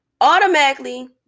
Automatically